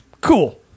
Cool